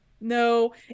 no